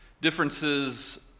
Differences